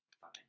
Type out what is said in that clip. Fine